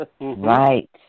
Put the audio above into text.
Right